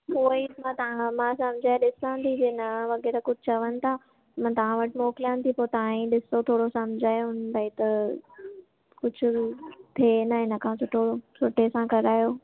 उहे ई मां तव्हांखा मां सम्झाए ॾिसां थी जे न वग़ैरह कुझु चवनि था मां तव्हां वटि मोकिलियांनि थी पोइ तव्हां ई ॾिसो थोरो समिझायो भाई त कुझु थिए न हिनखां सुठो सुठे सां करायो